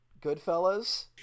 Goodfellas